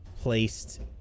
placed